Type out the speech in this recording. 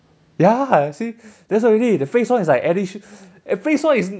ya see that's why really the phase one is like addition~ phase one is